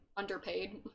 underpaid